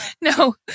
No